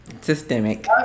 Systemic